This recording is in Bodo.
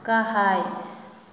गाहाय